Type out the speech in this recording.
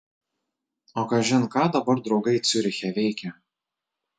o kažin ką dabar draugai ciuriche veikia